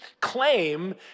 claim